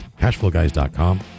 CashflowGuys.com